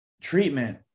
treatment